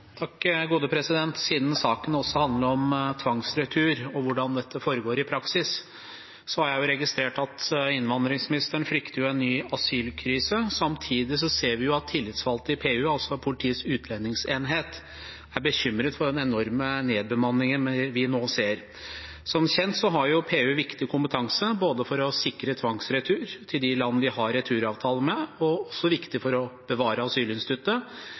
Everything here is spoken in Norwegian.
Siden saken også handler om tvangsretur og hvordan dette foregår i praksis, har jeg registrert at innvandringsministeren frykter en ny asylkrise. Samtidig ser vi at tillitsvalgte i PU, Politiets utlendingsenhet, er bekymret for den enorme nedbemanningen vi nå ser. Som kjent har PU viktig kompetanse for å sikre tvangsretur til de landene vi har returavtale med, og for å bevare asylinstituttet. Men det handler også om den kompetansen de har som er unik for å